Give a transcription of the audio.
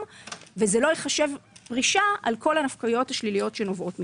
וזה לא ייחשב פרישה על כל הנפקויות השליליות שנובעות מכך.